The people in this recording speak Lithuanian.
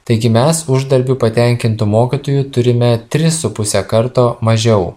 taigi mes uždarbiu patenkintų mokytojų turime tris su puse karto mažiau